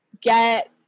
get